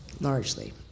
largely